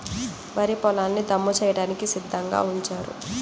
వరి పొలాల్ని దమ్ము చేయడానికి సిద్ధంగా ఉంచారు